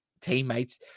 teammates